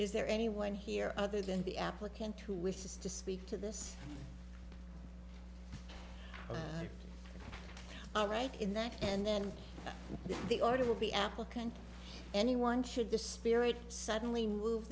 is there anyone here other than the applicant who wishes to speak to this all right in that and then the order will be applicant anyone should the spirit suddenly move